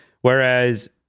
Whereas